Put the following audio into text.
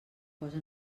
posa